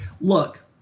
look